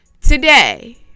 Today